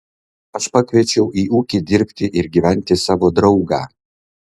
aš pakviečiau į ūkį dirbti ir gyventi savo draugą